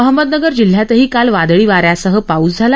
अहमदनगर जिल्ह्यातही काल वादळी वाऱ्यासह पाऊस झाला